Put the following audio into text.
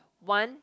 one